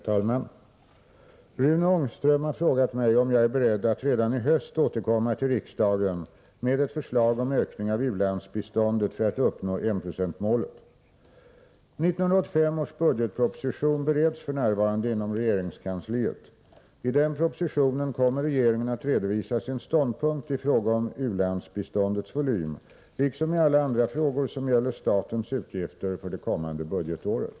Herr talman! Rune Ångström har frågat mig om jag är beredd att redan i höst återkomma till riksdagen med ett förslag om ökning av u-landsbiståndet för att uppnå enprocentsmålet. 1985 års budgetproposition bereds f.n. inom regeringskansliet. I den propositionen kommer regeringen att redovisa sin ståndpunkt i fråga om u-landsbiståndets volym, liksom i alla andra frågor som gäller statens utgifter för det kommande budgetåret.